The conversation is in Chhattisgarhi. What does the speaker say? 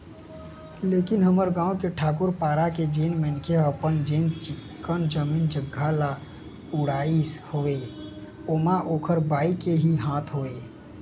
लेकिन हमर गाँव के ठाकूर पारा के जेन मनखे ह अपन जेन चिक्कन जमीन जघा ल उड़ाइस हवय ओमा ओखर बाई के ही हाथ हवय